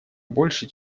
больше